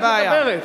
אין בעיה.